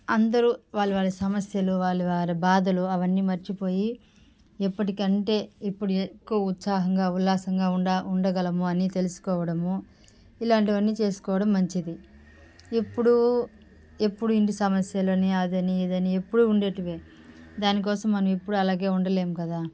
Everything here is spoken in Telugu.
అందరూ వాళ్ళ వాళ్ళ సమస్యలు వాళ్ళ వారి బాధలు అవన్నీ మర్చిపోయి ఎప్పటికంటే ఇప్పుడు ఎక్కువ ఉత్సాహంగా ఉల్లాసంగా ఉండ ఉండగలము అని తెలుసుకోవడము ఇలాంటివన్నీ చేసుకోవడం మంచిది ఇప్పుడు ఎప్పుడు ఇంటి సమస్యలను అది అని ఇది అని ఎప్పుడు ఉండేవి దానికోసం మనం ఎప్పుడు అలాగే ఉండలేము కదా